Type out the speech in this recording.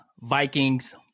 Vikings